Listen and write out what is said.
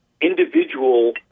individual